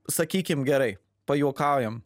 sakykim gerai pajuokaujam